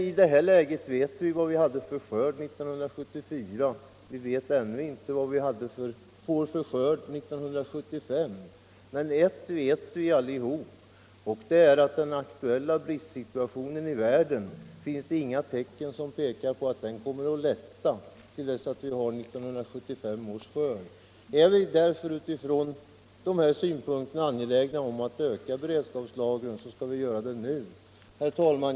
I det här läget vet vi vilken skörd vi hade 1974, men vi vet ännu inte vilken skörd vi får 1975. Ert vet vi emellertid allesammans, och 37 det är att det inte finns några tecken som tyder på att den aktuella bristsituationen i världen kommer att lätta till dess att vi fått fram 1975 års skörd. Är vi därför utifrån dessa synpunkter angelägna om att öka beredskapslagringen, så bör vi göra det nu. Herr talman!